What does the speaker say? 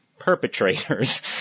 perpetrators